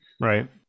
right